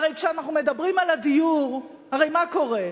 הרי כשאנחנו מדברים על הדיור, מה קורה?